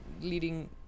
leading